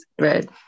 Right